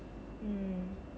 mm